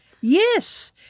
Yes